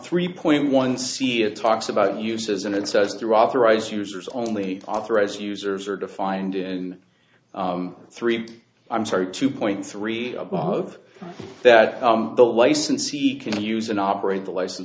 three point one c it talks about uses and it says through authorized users only authorized users are defined in three i'm sorry two point three above that the licensee can use and operate the license